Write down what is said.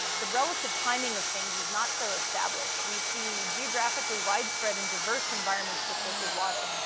the relative timing of things is not so established. we see geographically widespread and diverse environments with liquid water,